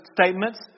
statements